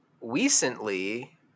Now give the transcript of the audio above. recently